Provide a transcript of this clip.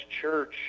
Church